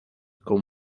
con